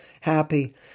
happy